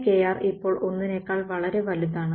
1kr ഇപ്പോൾ 1 നേക്കാൾ വളരെ വലുതാണ്